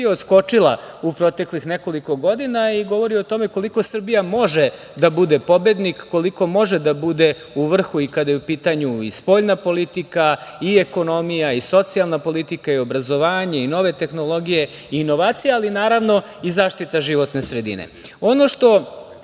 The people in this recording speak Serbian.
odskočila u proteklih nekoliko godina i govori o tome koliko Srbija može da bude pobednik, koliko može da bude u vrhu i kada je u pitanju i spoljna politika i ekonomija i socijalna politika i obrazovanje i nove tehnologije i inovacije, ali i, naravno, zaštita životne sredine. Ono